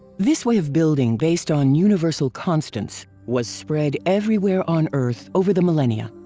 this way of building, based on universal constants, was spread everywhere on earth over the millennia.